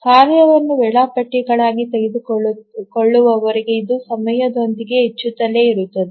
ಕಾರ್ಯವನ್ನು ವೇಳಾಪಟ್ಟಿಗಾಗಿ ತೆಗೆದುಕೊಳ್ಳುವವರೆಗೆ ಇದು ಸಮಯದೊಂದಿಗೆ ಹೆಚ್ಚುತ್ತಲೇ ಇರುತ್ತದೆ